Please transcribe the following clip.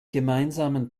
gemeinsamen